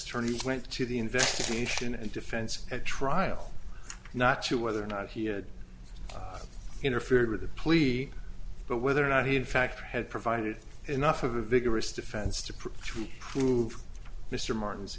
attorneys went to the investigation and defense at trial not to whether or not he had interfered with the plea but whether or not he in fact had provided enough of a vigorous defense to prove to prove mr martin's